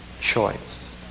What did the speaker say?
choice